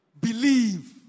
Believe